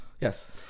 Yes